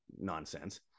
nonsense